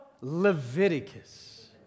Leviticus